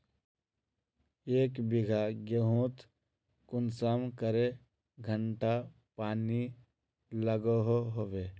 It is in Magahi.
एक बिगहा गेँहूत कुंसम करे घंटा पानी लागोहो होबे?